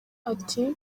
ati